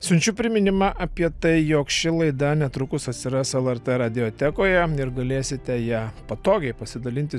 siunčiu priminimą apie tai jog ši laida netrukus atsiras lrt radiotekoje ir galėsite ja patogiai pasidalinti